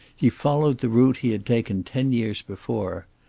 he followed the route he had taken ten years before.